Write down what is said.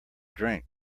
drink